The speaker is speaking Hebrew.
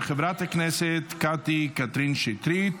של חברת הכנסת קטי קטרין שטרית.